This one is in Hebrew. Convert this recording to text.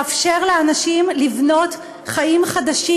כדי לאפשר לאנשים לבנות חיים חדשים.